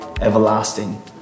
everlasting